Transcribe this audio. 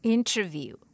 Interview